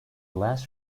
last